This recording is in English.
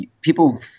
people